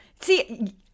See